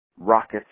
rockets